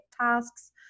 tasks